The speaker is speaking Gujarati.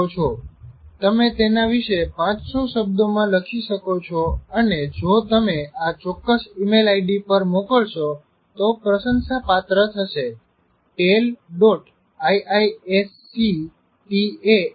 તમે તેના વિશે 500 શબ્દોમાં લખી શકો છો અને જો તમે આ ચોક્ક્સ ઈમેલ આઈડી પર મોકલશો તો પ્રસંશાપાત્ર થશે tale